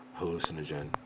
hallucinogen